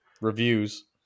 reviews